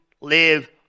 live